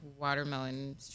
watermelon